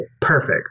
perfect